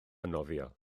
nofio